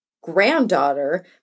granddaughter